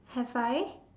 have I